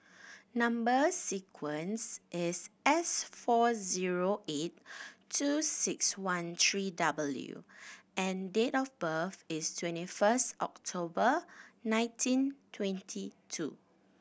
number sequence is S four zero eight two six one three W and date of birth is twenty first October nineteen twenty two